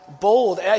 bold